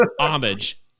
homage